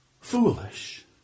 foolish